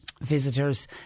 visitors